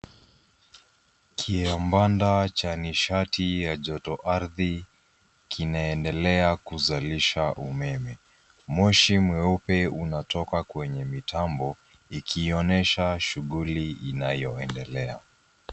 Kiambanda cha nishati ya joto ardhi kinaendelea kuzalisha umeme. Moshi mweupe unatoka kwenye mitambo ikionyesha shughuli inayoendelea.